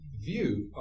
view